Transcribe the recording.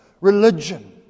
Religion